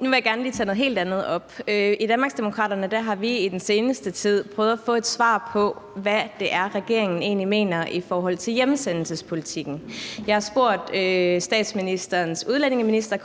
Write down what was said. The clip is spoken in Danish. Nu vil jeg gerne lige tage noget helt andet op. I Danmarksdemokraterne har vi i den seneste tid prøvet at få et svar på, hvad det er, regeringen egentlig mener i forhold til hjemsendelsespolitikken. Jeg har spurgt regeringens udlændingeminister